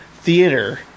theater